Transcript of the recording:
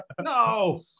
No